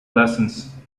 lessons